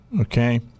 Okay